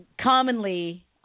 commonly